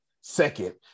second